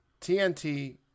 TNT